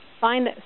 find